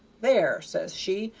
there, says she,